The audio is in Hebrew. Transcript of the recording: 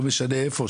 לא משנה איפה,